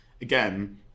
again